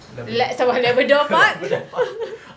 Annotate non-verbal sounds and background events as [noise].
la~ [laughs] labrador park